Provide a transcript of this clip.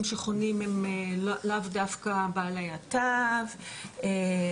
שחונים הם לאו דווקא בעלי התו וכו'.